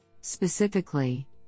Specifically